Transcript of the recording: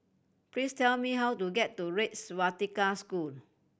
please tell me how to get to Red Swastika School